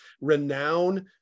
renowned